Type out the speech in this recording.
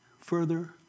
further